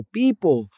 people